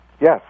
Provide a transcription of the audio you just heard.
Yes